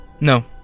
No